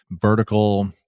vertical